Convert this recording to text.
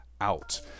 out